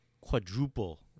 quadruple